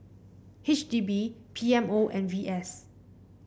H D B P M O and V S